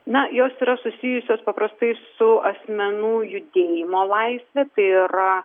na jos yra susijusios paprastai su asmenų judėjimo laisve tai yra